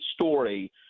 story